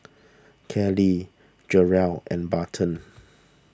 Callie Jarrell and Barton